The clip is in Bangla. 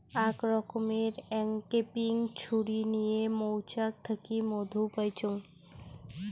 আক রকমের অংক্যাপিং ছুরি নিয়ে মৌচাক থাকি মধু পাইচুঙ